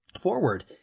forward